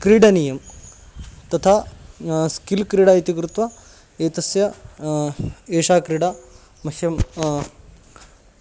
क्रीडनीयं तथा स्किल् क्रीडा इति कृत्वा एतस्य एषा क्रीडा मह्यं